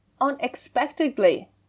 unexpectedly